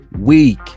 week